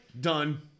Done